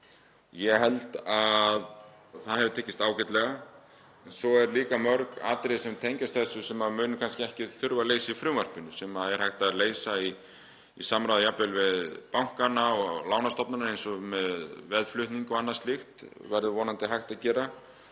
Ég held að það hafi tekist ágætlega. En svo eru líka mörg atriði sem tengjast þessu sem mun kannski ekki þurfa að leysa í frumvarpinu, er jafnvel hægt að leysa í samráði við bankana og lánastofnanir eins og um veðflutning og annað slíkt, það verður vonandi hægt að gera